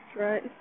right